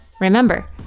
Remember